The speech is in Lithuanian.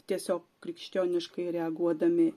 tiesiog krikščioniškai reaguodami